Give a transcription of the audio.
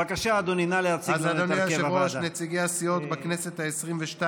בבקשה, אדוני, נא להציג לנו את הרכב הוועדה.